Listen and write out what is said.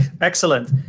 excellent